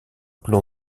plan